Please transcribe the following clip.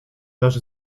dasz